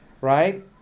right